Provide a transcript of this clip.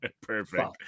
Perfect